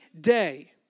day